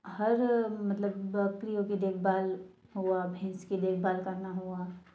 हर मतलब बकरियों की देखभाल हुआ भैंस के देखभाल करना हुआ